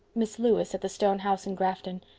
miss lewis at the stone house in grafton.